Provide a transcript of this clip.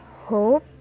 hope